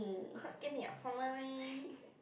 give me a salary